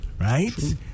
Right